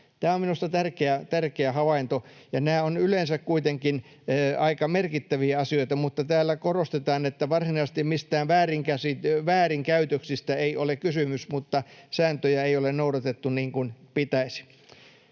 Tämä on minusta tärkeä havainto. Nämä ovat yleensä kuitenkin aika merkittäviä asioita, mutta täällä korostetaan, että varsinaisesti mistään väärinkäytöksistä ei ole kysymys, mutta sääntöjä ei ole noudatettu niin kuin pitäisi.